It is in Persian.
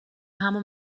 همون